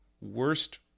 worst